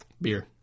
Beer